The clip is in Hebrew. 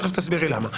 תכף תסבירי למה.